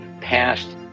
passed